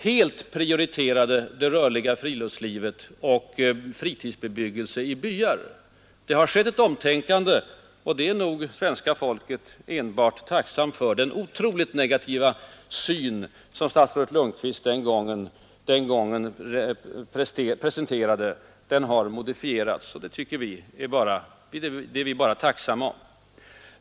Den gången prioriterade statsrådet helt det rörliga friluftslivet och fritidsbebyggelse i byar. Det har skett ett omtänkande och det är svenska folket enbart tacksamt för. Den otroligt negativa syn som statsrådet Lundkvist den gången presenterade har modifierats, och det är vi också tacksamma för.